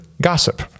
gossip